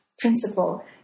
principle